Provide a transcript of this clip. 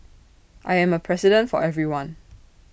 I am A president for everyone